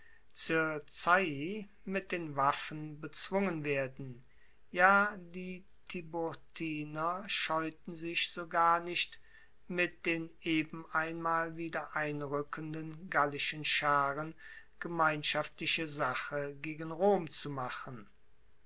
circeii mit den waffen bezwungen werden ja die tiburtiner scheuten sich sogar nicht mit den eben einmal wieder einrueckenden gallischen scharen gemeinschaftliche sache gegen rom zu machen